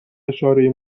اشاره